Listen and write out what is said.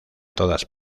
todas